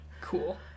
Cool